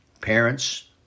parents